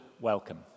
welcome